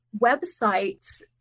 websites